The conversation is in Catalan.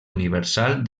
universal